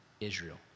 Israel